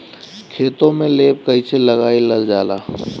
खेतो में लेप कईसे लगाई ल जाला?